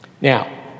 Now